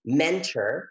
mentor